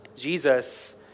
Jesus